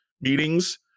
meetings